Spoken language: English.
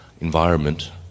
environment